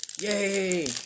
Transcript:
Yay